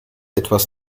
etwas